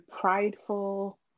prideful